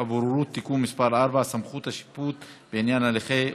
הבוררות (תיקון מס' 4) (סמכות השיפוט בעניין הליכי בוררות),